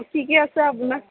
কি কি আছে আপোনাৰ